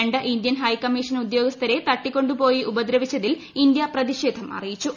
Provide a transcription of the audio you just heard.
രണ്ട് Indian high commission ഉദ്യോഗസ്ഥര്യ തട്ടിക്കൊണ്ടു പോയി ഉപദ്രവിച്ചതിൽ ഇന്ത്യ പ്രതിഷേർട്ടു അറിയിച്ചു